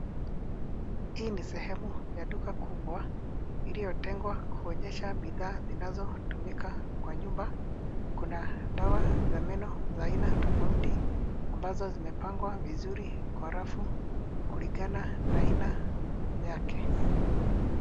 Hii ni sehemu ya duka kubwa iliyotengwa kuonyesha bidhaa zinazotumika kwa nyumba. Kuna dawa za meno za aina tofauti ambazo zimepangwa vizuri kwa rafu kulingana na aina yake.